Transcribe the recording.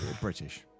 British